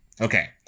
Okay